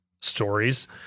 stories